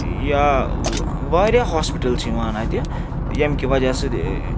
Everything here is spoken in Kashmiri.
یا واریاہ ہاسپِٹَل چھِ یِوان اَتہِ ییٚمہِ کہِ وجہ سۭتۍ